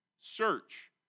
Search